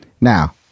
now